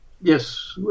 yes